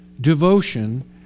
devotion